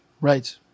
Right